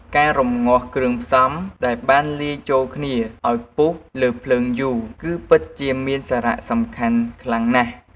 ការរម្ងាស់គ្រឿងផ្សំដែលបានលាយចូលគ្នាឱ្យពុះលើភ្លើងយូរ គឺពិតជាមានសារៈសំខាន់ខ្លាំងណាស់។